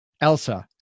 Elsa